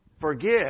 forgive